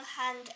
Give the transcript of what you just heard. hand